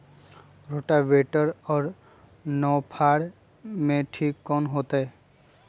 Rotavator और नौ फ़ार में कौन ठीक होतै?